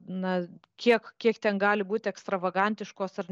na kiek kiek ten gali būti ekstravagantiškos ar